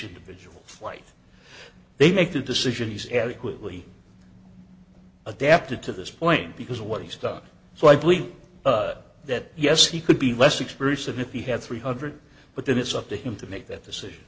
individual flight they make the decisions adequately adapted to this point because what he's done so i believe that yes he could be less experience than if he had three hundred dollars but then it's up to him to make that decision